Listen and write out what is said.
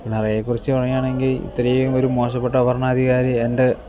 പിണറായിയെക്കുറിച്ച് പറയുകയാണെങ്കിൽ ഇത്രയും ഒരു മോശപ്പെട്ട ഭരണാധികാരി എൻ്റെ